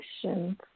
questions